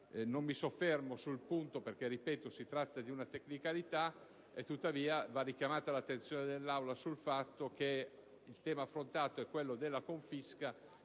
Non mi soffermo sul punto perché - ripeto - si tratta di una tecnicalità. Tuttavia, va richiamata l'attenzione dell'Aula sul fatto che il tema affrontato è quello della confisca